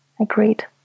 Agreed